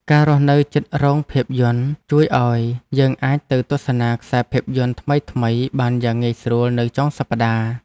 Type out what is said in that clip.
ការរស់នៅជិតរោងភាពយន្តជួយឱ្យយើងអាចទៅទស្សនាខ្សែភាពយន្តថ្មីៗបានយ៉ាងងាយស្រួលនៅចុងសប្តាហ៍។